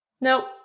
nope